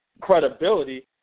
credibility